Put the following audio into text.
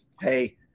Hey